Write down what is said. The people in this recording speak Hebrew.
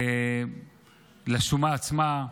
לשומה עצמה.